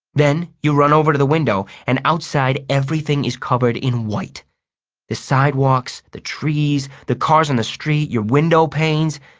then you run over to the window, and outside everything is covered in white the sidewalks, the trees, the cars on the street, your windowpanes.